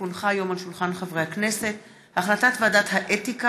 כי הונחה היום על שולחן הכנסת החלטת ועדת האתיקה